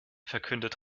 verkündete